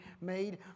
made